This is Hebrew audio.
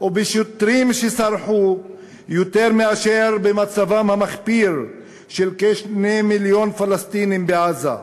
ובשוטרים שסרחו יותר מאשר במצבם המחפיר של כ-2 מיליון פלסטינים בעזה.